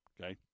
okay